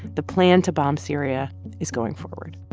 the plan to bomb syria is going forward.